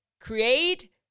create